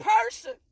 person